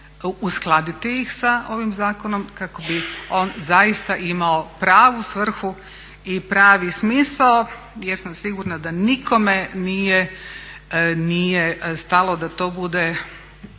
uskladiti ih sa ovim zakonom kako bi on zaista imao pravu svrhu i pravi smisao jer sam sigurna da nikome nije stalo da to bude